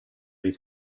dei